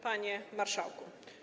Panie Marszałku!